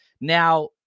Now